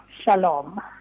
shalom